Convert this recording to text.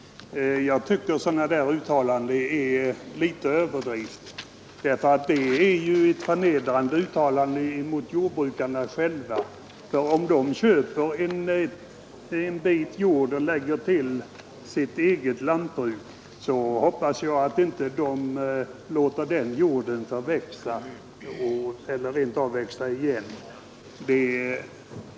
Jag tycker att sådana uttalanden är överdrivna och innebär en nedvärdering av jordbrukarna själva. Om de köper en bit jord och lägger till sitt eget jordbruk, hoppas jag att de inte låter den marken växa igen.